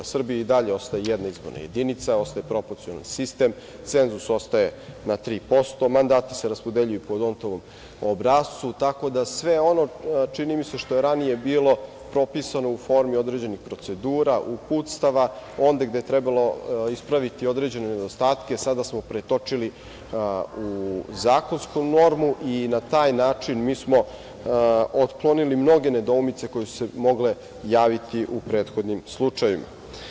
U Srbiji i dalje ostaje jedna izborna jedinica, ostaje proporcionalni sistem, cenzus ostaje na 3%, mandati se raspodeljuju po "Dontovom obrascu", tako da sve ono, čini mi se, što je ranije bilo propisano u formi određenih procedura, uputstava, onde gde je trebalo ispraviti određene nedostatke, sada smo pretočili u zakonsku normu i na taj način mi smo otklonili mnoge nedoumice koje su se mogle javiti u prethodnim slučajevima.